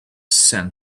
sand